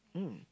mm